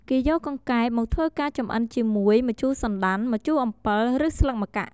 គេយកកង្កែបមកធ្វើការចំអិនជាមួយ ម្ជូរសណ្ដាន់ ម្ជូរអំពិល ឬស្លឹកម្កាក់់ ។